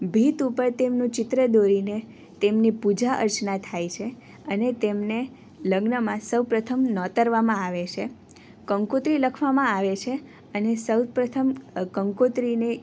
ભીંત ઉપર તેમનું ચિત્ર દોરીને તેમની પૂજા અર્ચના થાય છે અને તેમને લગ્નમાં સૌપ્રથમ નોતરવામાં આવે છે કંકોત્રી લખવામાં આવે છે અને સૌપ્રથમ કંકોત્રીને